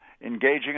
engaging